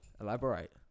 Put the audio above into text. Elaborate